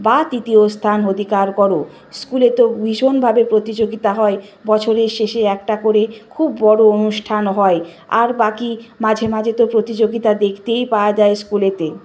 বা তৃতীয় স্থান অধিকার করো স্কুলে তো ভীষণভাবে প্রতিযোগিতা হয় বছরের শেষে একটা করে খুব বড় অনুষ্ঠান হয় আর বাকি মাঝে মাঝে তো প্রতিযোগিতা দেখতেই পাওয়া যায় স্কুলেতে